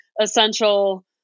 essential